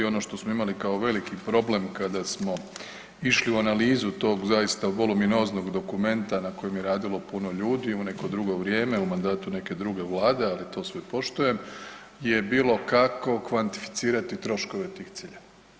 Ono što smo imali kao veliki problem kada smo išli u analizu tog zaista voluminoznog dokumenta na kojem je radilo puno ljudi u neko drugo vrijeme u mandatu neke druge vlade, ali to sve poštujem, je bilo kako kvantificirati troškove tih ciljeva?